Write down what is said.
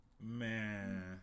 man